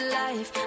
life